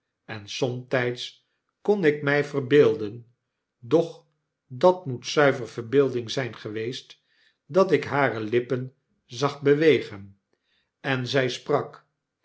en somtijds kon ik mij verbeelden doch dat moet zuiver verbeelding zyn geweest dat ik hare lippen zag bewegen en zij sprak